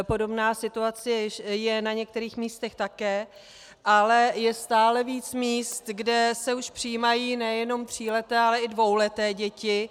Podobná situace je na některých místech také, ale je stále víc míst, kde se už přijímají nejenom tříleté, ale i dvouleté děti.